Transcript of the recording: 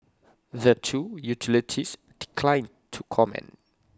the two utilities declined to comment